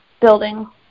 building